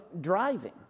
driving